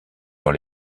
dans